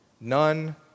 None